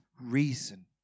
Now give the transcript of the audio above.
reason